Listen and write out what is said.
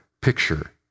picture